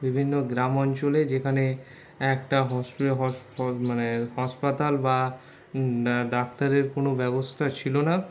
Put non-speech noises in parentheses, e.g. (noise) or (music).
বিভিন্ন গ্রাম অঞ্চলে যেখানে একটা (unintelligible) মানে হাসপাতাল বা ডাক্তারের কোনো ব্যবস্থা ছিল না